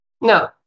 No